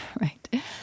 Right